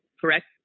correct